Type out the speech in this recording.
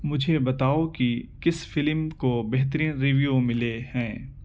مجھے بتاؤ کہ کس فلم کو بہترین ریویو ملے ہیں